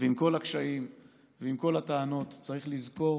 ועם כל הקשיים ועם כל הטענות, צריך לזכור